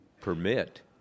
permit